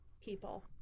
people